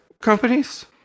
companies